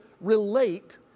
relate